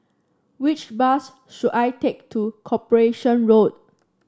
which bus should I take to Corporation Road